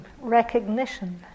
recognition